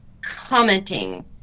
commenting